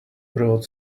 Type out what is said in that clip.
brought